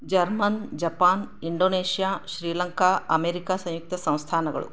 German Japan Indonesia Sri Lanka America ಸಂಯುಕ್ತ ಸಂಸ್ಥಾನಗಳು